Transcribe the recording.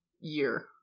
year